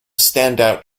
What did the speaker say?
standout